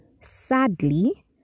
sadly